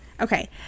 Okay